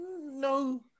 no